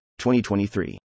2023